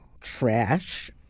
trash